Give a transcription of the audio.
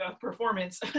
performance